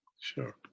Sure